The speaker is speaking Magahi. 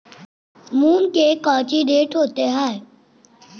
मूंग के कौची रेट होते हई?